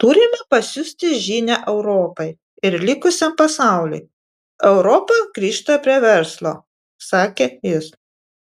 turime pasiųsti žinią europai ir likusiam pasauliui europa grįžta prie verslo sakė jis